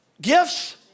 gifts